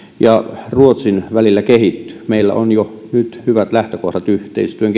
ja ruotsin välillä kehittyvät meillä on jo nyt hyvät lähtökohdat yhteistyön